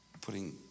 putting